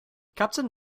captain